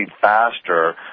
faster